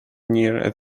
near